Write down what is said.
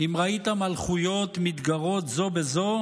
"אם ראית מלכיות מתגרות זו בזו